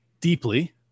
deeply